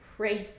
Praise